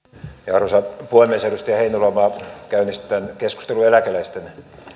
arvoisa puhemies edustaja heinäluoma käynnisti tämän keskustelun eläkeläisten